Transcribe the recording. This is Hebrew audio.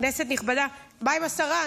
כנסת נכבדה, מה עם השרה?